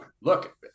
look